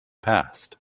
passed